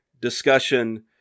discussion